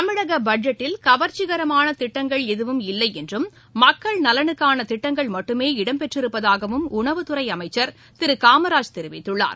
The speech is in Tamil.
தமிழகபட்ஜெட்டில் கவர்ச்சிகரமானதிட்டங்கள் எதுவும் இல்லைஎன்றும் மக்கள் நலனுக்கானதிட்டங்கள் மட்டுமே இடம்பெற்றிருப்பதாகவும் உணவுத்துறைஅமைச்சர் திருகாமராஜ் தெரிவித்துள்ளார்